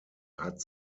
hat